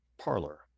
parlor